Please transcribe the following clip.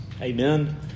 Amen